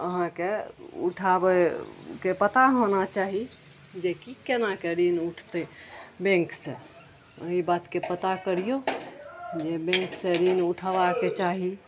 अहाँके उठाबैके पता होना चाही जेकि केनाके ऋण उठतै बैंक सऽ ओहि बातके पता करियौ जे बैंक सऽ ऋण उठबाके चाही